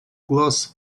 глаз